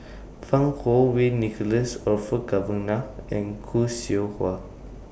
Fang Kuo Wei Nicholas Orfeur Cavenagh and Khoo Seow Hwa